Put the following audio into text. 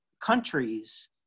countries